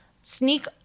sneak